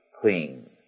clean